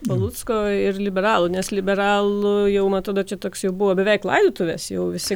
palucko ir liberalų nes liberalų jau man atrodo toks čia jau buvo beveik laidotuvės jau visi